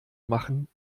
machen